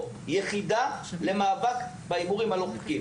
יחידה למאבק בהימורים הלא חוקיים.